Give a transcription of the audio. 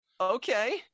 Okay